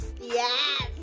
Yes